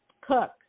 cook